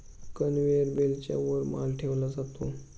conveyor बेल्टच्या वर माल ठेवला जातो